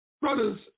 Brothers